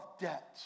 debt